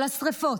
של השרפות,